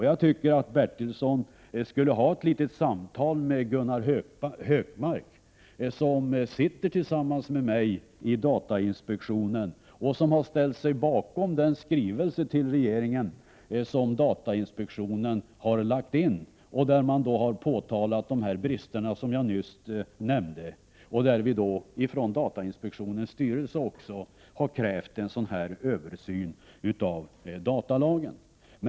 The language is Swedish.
Jag tycker att Stig Bertilsson skulle ha ett samtal med Gunnar Hökmark, som tillsammans med mig sitter i datainspektionen och som har ställt sig bakom datainspektionens skrivelse till regeringen, där man påtalat de brister som jag nyss nämnde. Datainspektionens styrelse har krävt en översyn av datalagen.